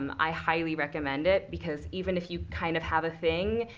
um i highly recommend it. because even if you, kind of, have a thing,